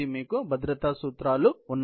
మీకు భద్రతా సూత్రాలు ఉన్నాయి